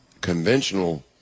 conventional